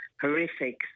horrific